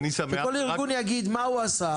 שכל ארגון יגיד מה עושה,